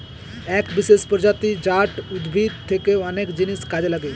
এক বিশেষ প্রজাতি জাট উদ্ভিদ থেকে অনেক জিনিস কাজে লাগে